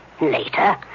Later